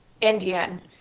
Indian